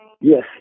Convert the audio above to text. Yes